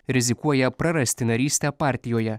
rizikuoja prarasti narystę partijoje